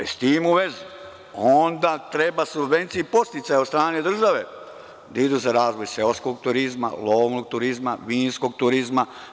S tim u vezi, onda treba subvencije i podsticaje od strane države da idu za razvoj seoskog turizma, lovnog turizma, vinskog turizma.